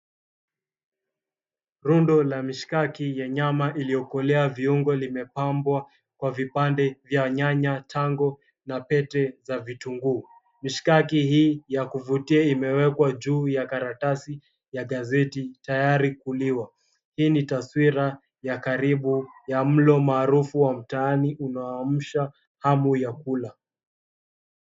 Rundo la mishikaki ya nyama iliyokolea viungo limepambwa kwa vipande vya nyanya, tango na pete za vitunguu. Mishikaki hii ya kuvutia imewekwa juu ya karatasi ya gazeti, tayari kuliwa. Hii ni taswira ya karibu ya mlo maarufu wa mtaani unaoamsha hamu ya kula.